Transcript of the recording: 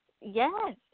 yes